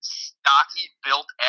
stocky-built